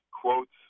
quotes